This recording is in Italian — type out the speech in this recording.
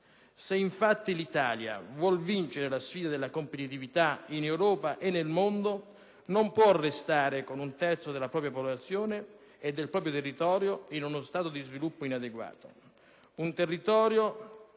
effettivamente vincere la sfida della competitività in Europa e nel mondo, non può restare con un terzo della propria popolazione e del proprio territorio in uno stato di sviluppo inadeguato, un territorio,